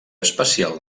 especial